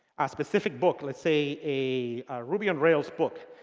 a specific book. let's say a ruby on rails book.